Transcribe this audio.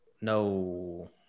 No